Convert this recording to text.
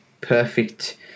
perfect